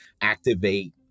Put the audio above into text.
activate